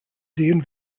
sehen